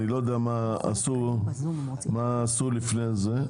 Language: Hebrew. ואני לא יודע מה עשו לפני זה.